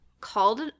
called